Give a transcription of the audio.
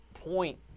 point